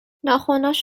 ناخنهاش